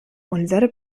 unsere